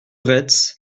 retz